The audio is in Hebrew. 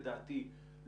לדעתי,